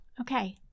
Okay